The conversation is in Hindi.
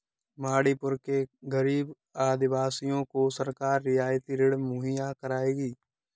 मणिपुर के गरीब आदिवासियों को सरकार रियायती ऋण मुहैया करवाएगी